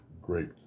great